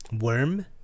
worm